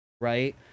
Right